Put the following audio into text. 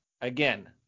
Again